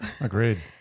Agreed